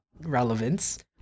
relevance